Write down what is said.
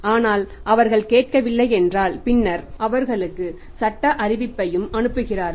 ஆனால் அவர்கள் கேட்கவில்லை என்றால் பின்னர் அவர்களுக்கு சட்ட அறிவிப்பையும் அனுப்புகிறார்கள்